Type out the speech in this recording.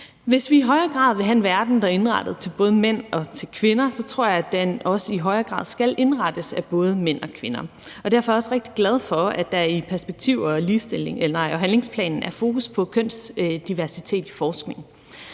Hvis vi i højere grad vil have en verden, der er indrettet til både mænd og kvinder, så tror jeg, at den også i højere grad skal indrettes af både mænd og kvinder. Derfor er jeg også rigtig glad for, at der i perspektiv- og handlingsplanen er fokus på kønsdiversitetsforskningen.